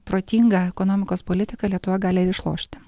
protingą ekonomikos politiką lietuva gali ir išlošti